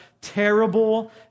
terrible